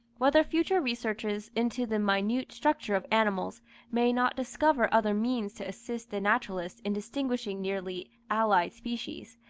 whether future researches into the minute structure of animals may not discover other means to assist the naturalist in distinguishing nearly allied species,